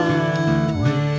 away